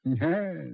Yes